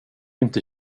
inte